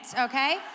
okay